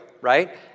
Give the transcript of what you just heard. right